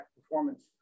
performance